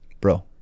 bro